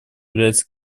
является